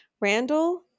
Randall